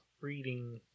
reading